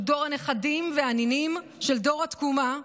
הוא דור הנכדים והנינים של דור התקומה.